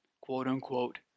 quote-unquote